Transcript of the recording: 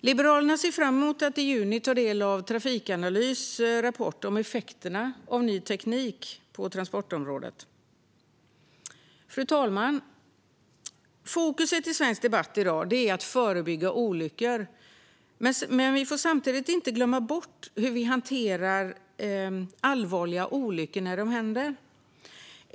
Liberalerna ser fram emot att i juni ta del av Trafikanalys rapport om effekter av ny teknik på transportområdet. Fru talman! Fokus i svensk debatt i dag är att förebygga olyckor, men vi får samtidigt inte glömma bort hur vi hanterar allvarliga olyckor när de händer.